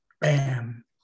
bam